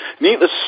Needless